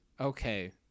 Okay